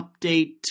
update